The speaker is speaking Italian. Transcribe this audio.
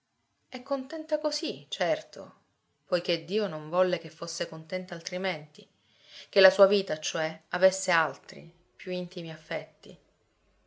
è contenta così certo poiché dio non volle che fosse contenta altrimenti che la sua vita cioè avesse altri più intimi affetti